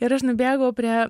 ir aš nubėgau prie